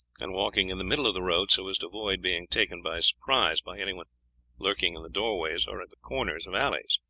and walking in the middle of the road so as to avoid being taken by surprise by anyone lurking in the doorways or at the corners of alleys.